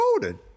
voted